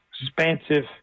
expansive